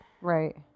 right